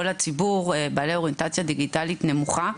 הציבור בעל אוריינטציה דיגיטלית נמוכה,